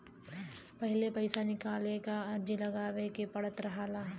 पहिले पइसा निकाले क अर्जी लगावे के पड़त रहल